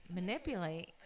manipulate